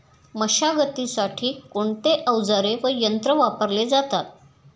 मशागतीसाठी कोणते अवजारे व यंत्र वापरले जातात?